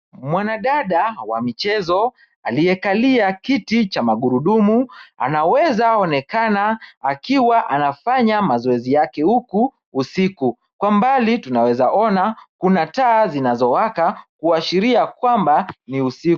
Mwanadada wa michezo aliyekalia kiti cha magurudumu anaweza onekana akiwa anafanya mazoezi yake huku usiku. Kwa mbali tunaweza ona kuna taa zinazowaka kuashiria kwamba ni usiku.